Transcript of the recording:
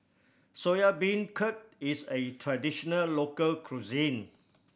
Soya Beancurd is a traditional local cuisine